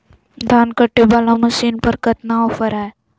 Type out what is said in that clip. धान कटे बाला मसीन पर कतना ऑफर हाय?